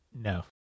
No